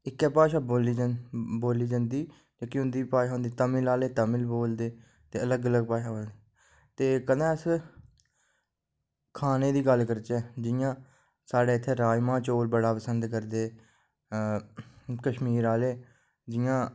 इक्कै भाशा बोली जंदी जेह्की उंदी भाशा होंदी तमिल आह्ले तमिल बोलदे ते अलग अलग भाशा ऐ ते कदें अस खानै दी गल्ल करचै जियां साढ़े इत्थें राजमां चोल बड़ा पसंद करदे कश्मीर आह्ले जियां